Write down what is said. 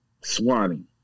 swatting